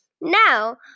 Now